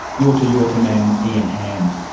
yorta yorta man ian hamm.